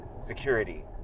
security